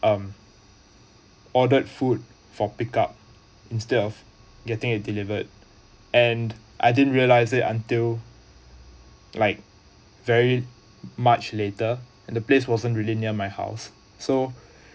um ordered food for pick up instead of getting it delivered and I didn't realize it until like very much later and the place wasn't really near my house so